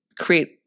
create